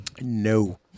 No